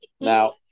now